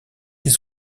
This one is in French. les